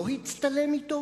לא הצטלם אתו?